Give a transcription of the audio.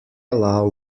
allow